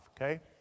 okay